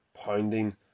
pounding